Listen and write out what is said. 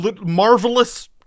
marvelous